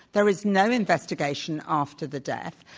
there is no investigation after the death.